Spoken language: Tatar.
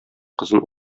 кызын